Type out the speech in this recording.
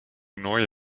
neue